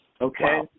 Okay